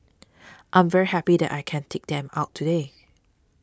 I'm very happy that I can take them out today